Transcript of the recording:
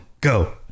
Go